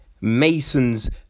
Mason's